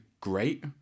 great